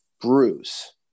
Bruce